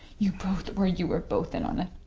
you both were. you were both in on it.